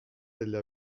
delle